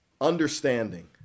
understanding